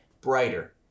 brighter